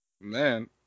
Man